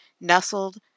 nestled